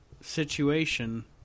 situation